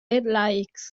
eir